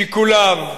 שיקוליו נשמעו,